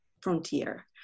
frontier